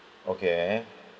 okay